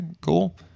cool